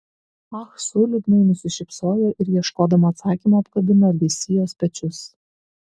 ah su liūdnai nusišypsojo ir ieškodama atsakymo apkabino li sijos pečius